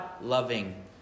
loving